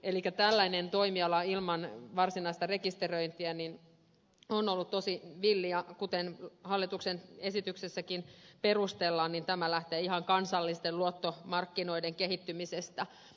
elikkä tällainen toimiala ilman varsinaista rekisteröintiä on ollut tosi villi ja kuten hallituksen esityksessäkin perustellaan niin tämä lähtee ihan kansallisten luottomarkkinoiden kehittymisestä